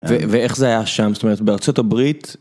ואיך זה היה שם, זאת אומרת בארצות הברית.